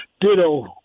Ditto